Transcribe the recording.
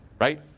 right